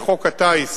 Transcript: וחוק הטיס